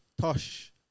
Tosh